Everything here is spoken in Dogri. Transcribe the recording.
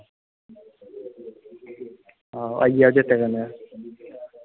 आई जायो चेत्तै कन्नै